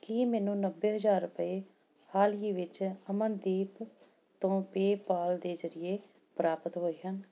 ਕੀ ਮੈਨੂੰ ਨੱਬੇ ਹਜ਼ਾਰ ਰੁਪਏ ਹਾਲ ਹੀ ਵਿੱਚ ਅਮਨਦੀਪ ਤੋਂ ਪੇਪਾਲ ਦੇ ਜ਼ਰੀਏ ਪ੍ਰਾਪਤ ਹੋਏ ਹਨ